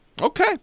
Okay